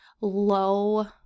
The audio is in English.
low